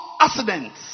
accidents